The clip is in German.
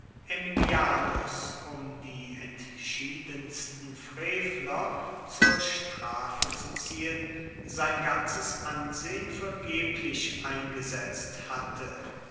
aemilianus um die entschiedensten frevler zur strafe zu ziehen sein ganzes ansehen vergeblich eingesetzt hatte